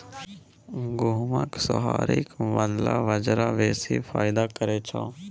गहुमक सोहारीक बदला बजरा बेसी फायदा करय छै